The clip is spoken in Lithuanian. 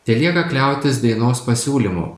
telieka kliautis dainos pasiūlymu